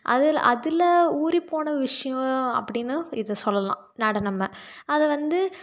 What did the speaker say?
அதில் அதில் ஊறிப்போன விஷயம் அப்படின்னும் இதை சொல்லலாம் நடனமை அது வந்து